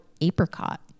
Apricot